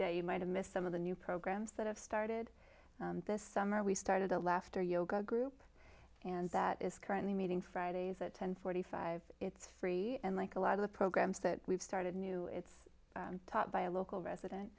day you might have missed some of the new programs that have started this summer we started a laughter yoga group and that is currently meeting fridays at ten forty five it's free and like a lot of the programs that we've started a new it's taught by a local resident